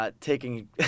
Taking